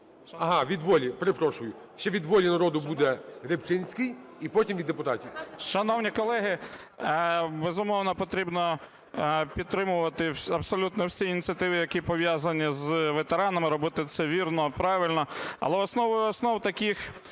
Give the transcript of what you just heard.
Ага, від "Волі…". Перепрошую, ще від "Волі народу" буде Рибчинський і потім від депутатів. 16:21:21 ДАНЧЕНКО О.І. Шановні колеги, безумовно, потрібно підтримувати абсолютно всі ініціативи, які пов'язані з ветеранами, робити це вірно, правильно. Але основою основ таких